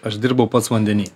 aš dirbau pats vandeny